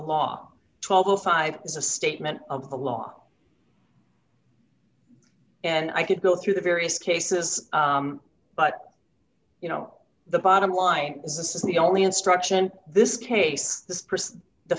law twelve o five is a statement of the law and i could go through the various cases but you know the bottom line is this is the only instruction this case the